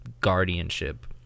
guardianship